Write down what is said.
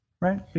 right